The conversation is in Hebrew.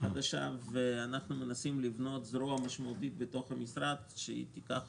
אנחנו מנסים לבנות זרוע משמעותית בתוך המשרד שתיקח